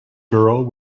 girl